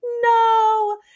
no